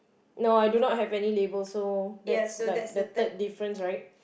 no I do not have any labels so that's like the third difference right